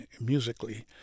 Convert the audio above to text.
musically